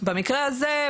במקרה הזה,